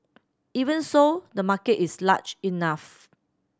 even so the market is large enough